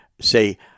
say